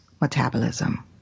metabolism